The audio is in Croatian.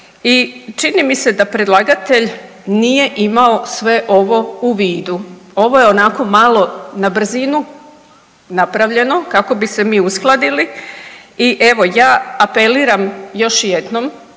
I čini mi se da predlagatelj nije imao sve ovo u vidu. Ovo je onako malo na brzinu napravljeno kako bi se mi uskladili i evo ja apeliram još jednom